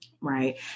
Right